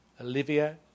Olivia